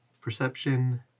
perception